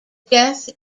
death